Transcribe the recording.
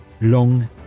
Long